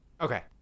Okay